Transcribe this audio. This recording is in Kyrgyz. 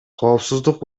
коопсуздук